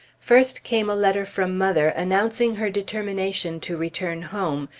first came a letter from mother announcing her determination to return home,